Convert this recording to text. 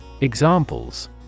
Examples